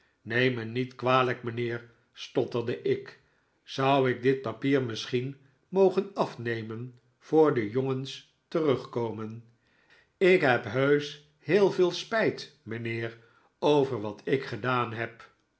neem me niet kwalijk mijnheer stotterde ik zou ik dit papier misschien mogen afnemen voor de jongens terugkomen ik heb heusch heel veel spijt mijnheer over wat ik gedaan heb